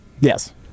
Yes